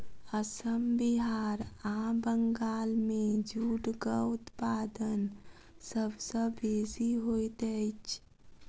असम बिहार आ बंगाल मे जूटक उत्पादन सभ सॅ बेसी होइत अछि